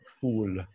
fool